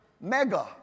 mega